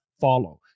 follow